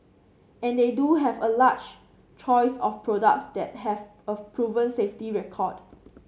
and they do have a large choice of products that have a proven safety record